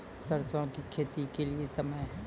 सरसों की खेती के लिए समय?